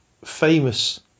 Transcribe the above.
Famous